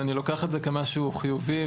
ואני לוקח את זה כמשהו חיובי.